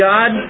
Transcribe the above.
God